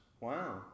Wow